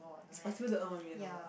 it's possible to earn one million dollars